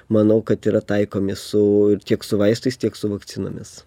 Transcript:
manau kad yra taikomi su ir tiek su vaistais tiek su vakcinomis